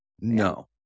No